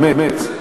באמת.